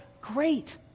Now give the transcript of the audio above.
Great